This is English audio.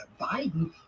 Biden